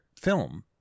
film